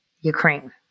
Ukraine